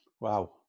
Wow